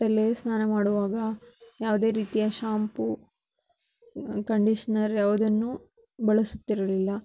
ತಲೆಸ್ನಾನ ಮಾಡುವಾಗ ಯಾವುದೇ ರೀತಿಯ ಶಾಂಪೂ ಕಂಡೀಷ್ನರ್ ಯಾವುದನ್ನು ಬಳಸುತ್ತಿರಲಿಲ್ಲ